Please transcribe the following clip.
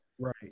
Right